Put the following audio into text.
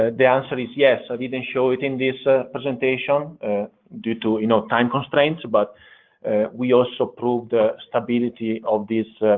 ah the answer is yes. ah i didn't show it in this ah presentation due to you know time constraints, but we also proved stability of this